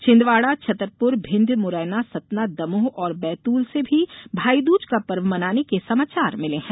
छिंदवाड़ा छतरपुरभिंड मुरैना शहडोलसतना दमोह और बैतूल से भी भाईदूज का पर्व मनाने के समाचार मिले हैं